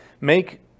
Make